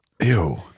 Ew